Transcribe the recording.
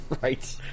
Right